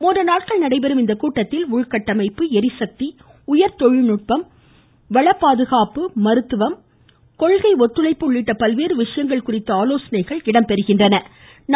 மூன்று நாட்கள் நடைபெறும் இந்த கூட்டத்தில் உள்கட்டமைப்பு எரிசக்தி உயர்தொழில்நுட்பம் வளப்பாதுகாப்பு மருந்துவம் கொள்கை ஒத்துழைப்பு உள்ளிட்ட பல்வேறு விசயங்கள் குறித்து ஆலோசனை மேற்கொள்ளப்படுகிறது